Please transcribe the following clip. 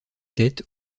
têtes